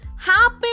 Happy